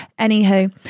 Anywho